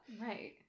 Right